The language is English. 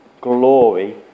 glory